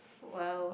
well